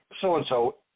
so-and-so